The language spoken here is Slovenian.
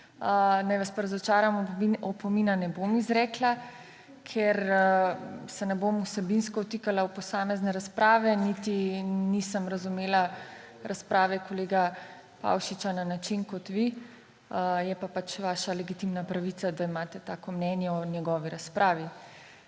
Naj vas pa razočaram, opomina ne bom izrekla, ker se ne bom vsebinsko vtikala v posamezne razprave, niti nisem razumela razprave kolega Pavšiča na način kot vi, je pa pač vaša legitimna pravica, da imate tako mnenje o njegovi razpravi.